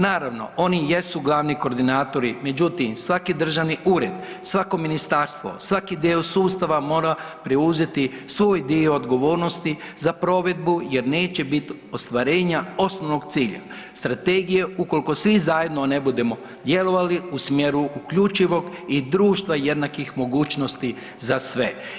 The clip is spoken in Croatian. Naravno, oni jesu glavni koordinatori, međutim svaki državni ured, svako ministarstvo, svaki deo sustava mora preuzeti svoj dio odgovornosti za provedbu jer neće bit ostvarenja osnovnog cilja strategije ukoliko svi zajedno ne budemo djelovali u smjeru uključivog i društva jednakih mogućnosti za sve.